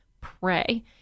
pray